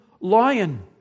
lion